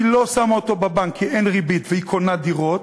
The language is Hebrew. היא לא שמה אותו בבנק כי אין ריבית והיא קונה דירות,